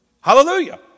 Hallelujah